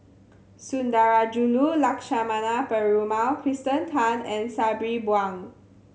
Sundarajulu Lakshmana Perumal Kirsten Tan and Sabri Buang